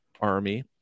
army